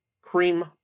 Cream